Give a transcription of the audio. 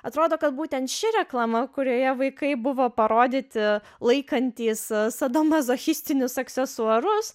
atrodo kad būtent ši reklama kurioje vaikai buvo parodyti laikantys sadomazochistinius aksesuarus